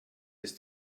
ist